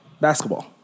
Basketball